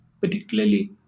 particularly